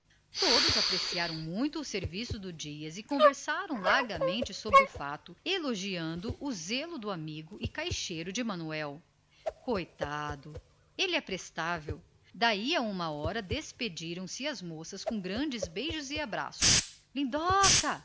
relho apreciaram muito o serviço do dias e conversaram sobre aquele ato de dedicação elogiando o zelo do bom amigo e caixeiro de manuel daí a uma hora despediam se as moças entre grande barafunda de beijos e abraços lindoca